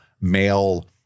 male